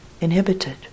inhibited